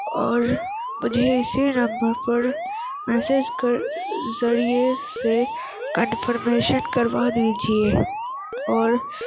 اور مجھے اسی نمبر پر میسیج کر ذریعے سے کنفرمیشن کروا دیجیے اور